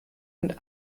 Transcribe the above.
und